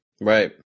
Right